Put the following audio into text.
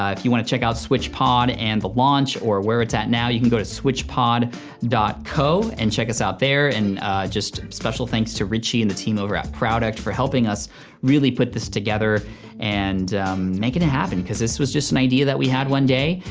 ah if you wanna check out switchpod and the launch or where it's at now you can go to switchpod co and check us out there and just special thanks to richie and the team over at prouduct for helping us really put this together and making it happen because this was just an idea that we had one day,